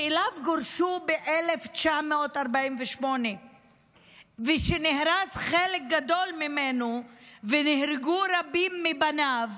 שאליו גורשו ב-1948 ושחלק גדול ממנו נהרס ונהרגו רבים מבניו